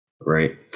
right